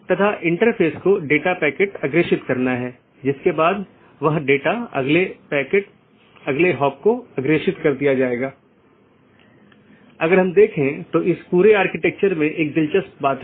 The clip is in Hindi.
और अगर आप फिर से याद करें कि हमने ऑटॉनमस सिस्टम फिर से अलग अलग क्षेत्र में विभाजित है तो उन क्षेत्रों में से एक क्षेत्र या क्षेत्र 0 बैकबोन क्षेत्र है